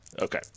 Okay